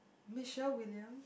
Michelle-William